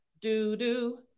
Do-do